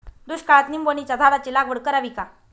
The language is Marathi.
दुष्काळात निंबोणीच्या झाडाची लागवड करावी का?